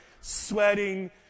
sweating